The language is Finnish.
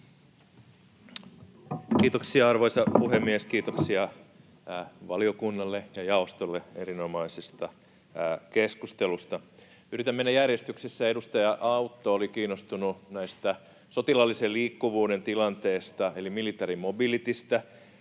Kiitoksia, arvoisa puhemies! Kiitoksia valiokunnalle ja jaostolle erinomaisesta keskustelusta. Yritän mennä järjestyksessä. Edustaja Autto oli kiinnostunut sotilaallisen liikkuvuuden tilanteesta eli military mobilitystä.